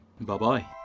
Bye-bye